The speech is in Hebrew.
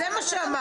זה מה שאמרת.